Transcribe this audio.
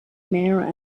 mayor